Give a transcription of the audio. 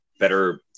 better